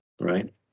right